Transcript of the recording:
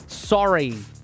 Sorry